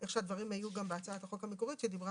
מאיך הדברים היו גם בהצעת החוק המקורית שדיברה